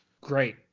great